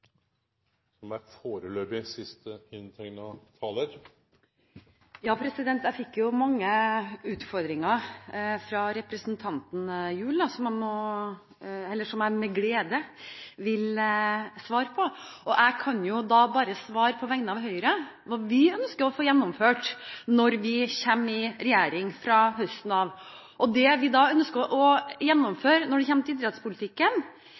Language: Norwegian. Jeg fikk mange utfordringer fra representanten Gjul, som jeg med glede vil svare på. Jeg kan svare på vegne av Høyre hva vi ønsker å få gjennomført når vi kommer i regjering fra neste høst. Det vi da ønsker å gjennomføre når det kommer til idrettspolitikken,